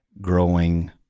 growing